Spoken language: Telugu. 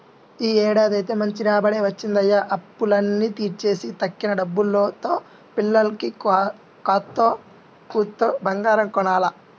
యీ ఏడాదైతే మంచి రాబడే వచ్చిందయ్య, అప్పులన్నీ తీర్చేసి తక్కిన డబ్బుల్తో పిల్లకి కాత్తో కూత్తో బంగారం కొనాల